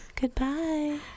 goodbye